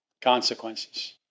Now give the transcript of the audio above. Consequences